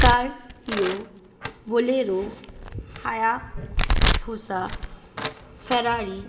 scorpio bolero Hayabusa Ferrari